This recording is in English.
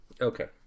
Okay